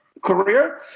Career